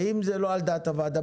ואם זה לא על דעת הוועדה,